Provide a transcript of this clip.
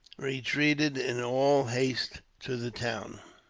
retreated in all haste to the town.